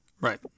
Right